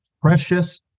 precious